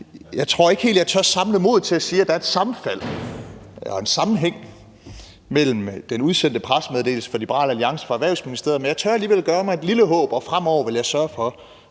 Jeg tror ikke helt, at jeg tør samle mod til at sige, at der er et sammenfald og en sammenhæng mellem den udsendte pressemeddelelse fra Liberal Alliance og den fra Erhvervsministeriet, men jeg tør alligevel nære et lille håb, og fremover vil jeg sørge for,